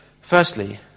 Firstly